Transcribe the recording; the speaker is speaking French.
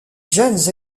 gènes